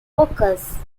workers